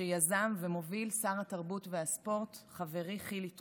שיזם ומוביל שר התרבות והספורט חברי חילי טרופר,